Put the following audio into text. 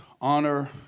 honor